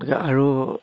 আৰু